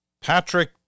Patrick